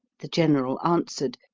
the general answered,